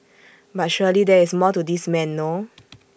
but surely there is more to this man no